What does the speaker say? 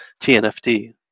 TNFD